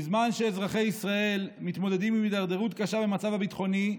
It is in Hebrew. בזמן שאזרחי ישראל מתמודדים עם הידרדרות קשה במצב הביטחוני,